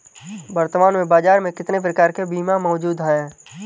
वर्तमान में बाज़ार में कितने प्रकार के बीमा मौजूद हैं?